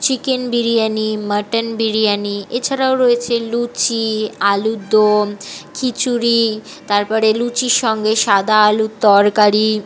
chicken biryani mutton biryani এছাড়াও রয়েছে লুচি আলুর দম খিচুড়ি তারপরে লুচির সঙ্গে সাদা আলুর তরকারি